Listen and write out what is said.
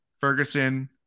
Ferguson